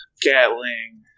Gatling